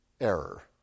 error